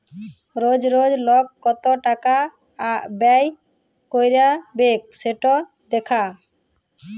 রজ রজ লক কত টাকা ব্যয় ক্যইরবেক সেট দ্যাখা